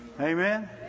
Amen